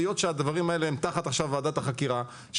היות שהדברים האלה תחת ועדת החקירה עכשיו,